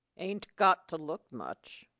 ain't got to look much.